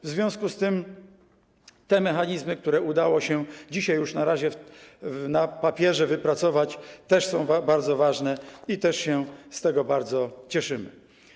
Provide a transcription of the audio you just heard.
W związku z tym te mechanizmy, które udało się dzisiaj, na razie na papierze, wypracować, też są bardzo ważne i z tego też się bardzo cieszymy.